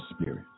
spirit